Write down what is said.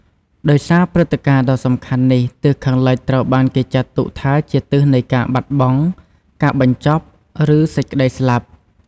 ដោយសារព្រឹត្តិការណ៍ដ៏សំខាន់នេះ ទើបទិសខាងលិចត្រូវបានគេចាត់ទុកថាជាទិសនៃការបាត់បង់ ការបញ្ចប់ ឬសេចក្តីស្លាប់។